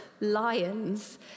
lions